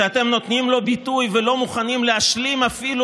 שאתם נותנים לו ביטוי ולא מוכנים להשלים אפילו